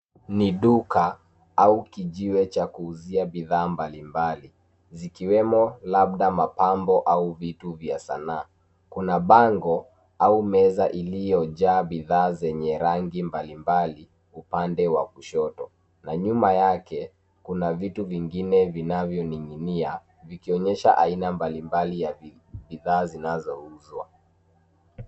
Ni duka au kijiwe cha kuuzia bidhaa mbalimbali zikiwemo labda mapambo au vitu vya sanaa. Kuna bango au meza iliyojaa bidhaa zenye rangi mbalimbali upande wa kushoto na nyuma yake, kuna vitu vingine vinavyoning'inia vikionyesha aina mbalimbali ya bidhaa zinazouzwa.